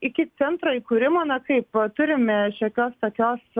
iki centro įkūrimo na kaip turime šiokios tokios